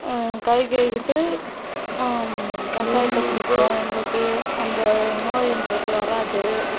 கை கழுவிட்டு கஷாயத்த குடிப்போம் எங்களுக்கு அந்த நோய்கிறது வராது